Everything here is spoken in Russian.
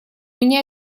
меня